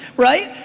right?